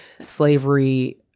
slavery